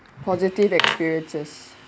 positive experiences